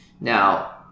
Now